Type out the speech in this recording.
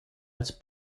ils